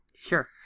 Sure